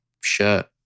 shirt